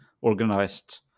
organized